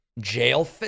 jail